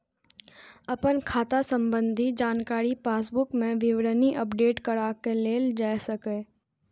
अपन खाता संबंधी जानकारी पासबुक मे विवरणी अपडेट कराके लेल जा सकैए